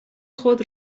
خود